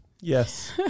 yes